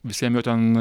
visiem jau ten